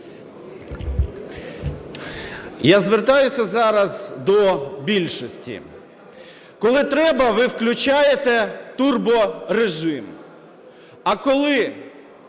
Я звертаюся зараз до більшості. Коли треба, ви включаєте турборежим,